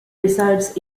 resides